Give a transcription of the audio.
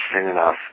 enough